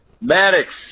Maddox